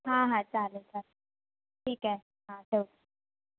हां हां चालेल चालेल ठीक आहे हां ठेवते